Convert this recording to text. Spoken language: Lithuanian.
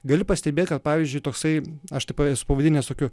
gali pastebėt kad pavyzdžiui toksai aš tai pav esu pavadinęs tokiu